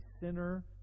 sinner